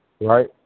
right